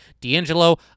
D'Angelo